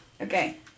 Okay